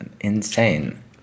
insane